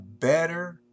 better